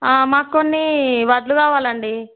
మాకు కొన్ని వడ్లు కావాలండి